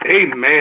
Amen